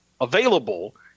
available